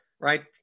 right